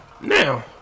Now